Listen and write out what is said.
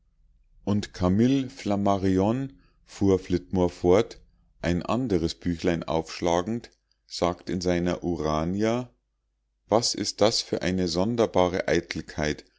und camille flammarion fuhr flitmore fort ein anderes büchlein aufschlagend sagt in seiner urania was ist das für eine sonderbare eitelkeit